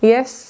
Yes